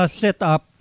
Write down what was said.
setup